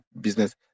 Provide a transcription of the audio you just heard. business